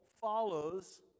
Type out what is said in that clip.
follows